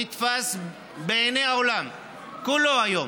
נתפס בעיני העולם כולו היום